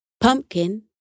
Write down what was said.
Pumpkin